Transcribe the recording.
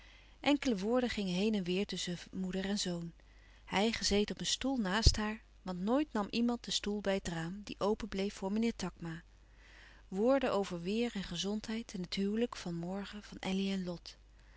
enkele woorden gingen heen en weêr tusschen moeder en zoon hij gezeten op een stoel naast louis couperus van oude menschen de dingen die voorbij gaan haar want nooit nam iemand den stoel bij het raam die open bleef voor meneer takma woorden over weêr en gezondheid en het huwelijk van morgen van elly en lot